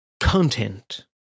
content